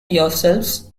yourselves